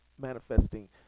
manifesting